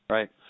Right